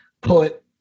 put